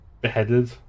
beheaded